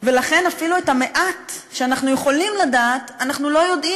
ולכן אפילו את המעט שאנחנו יכולים לדעת אנחנו לא יודעים,